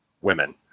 women